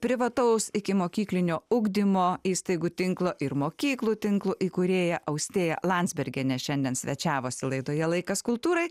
privataus ikimokyklinio ugdymo įstaigų tinklo ir mokyklų tinklo įkūrėja austėja landsbergienė šiandien svečiavosi laidoje laikas kultūrai